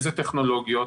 איזה טכנולוגיות,